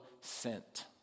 sent